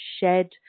shed